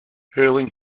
hurling